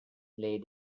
lay